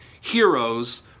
heroes